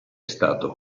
stato